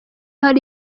hari